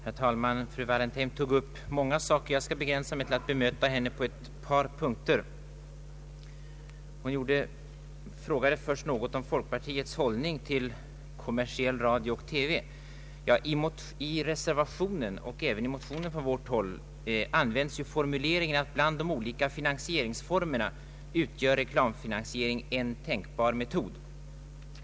Herr talman! Fru Wallentheim tog upp många frågor. Jag skall begränsa mig till att bemöta henne på ett par punkter. Hon frågade först något om folkpartiets hållning till kommersiell radio och TV. I reservationen och även i motionen från vårt håll används formuleringen ”bland de olika finansieringsformerna utgör reklamfinansiering en tänkbar metod”.